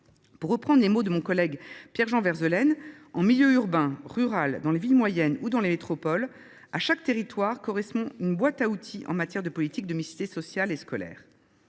en milieu rural. Mon collègue Pierre Jean Verzelen indiquait qu’en milieu urbain, rural, dans les villes moyennes ou dans les métropoles, à chaque territoire correspond une boîte à outils en matière de politique de mixité sociale et scolaire.